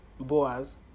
Boas